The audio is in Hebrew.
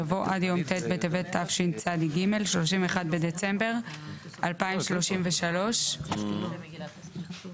יבוא "עד יום ט' בטבת התשצ"ג (31 בדצמבר 2033)". ישי,